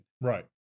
Right